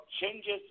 changes